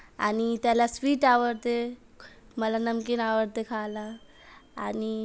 आणि त्याला स्वीट आवडते मला नमकिन आवडतं खायला आणि